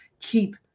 keep